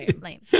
Lame